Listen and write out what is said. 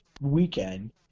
weekend